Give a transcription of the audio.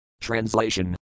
Translation